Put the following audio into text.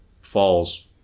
falls